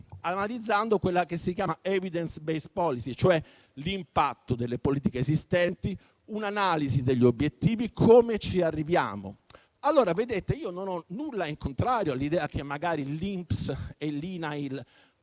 analizzando quella che si chiama *evidence-based policy*, cioè l'impatto delle politiche esistenti, un'analisi degli obiettivi e come ci arriviamo. Allora, vedete, non ho nulla in contrario all'idea che magari l'INPS e l'INAIL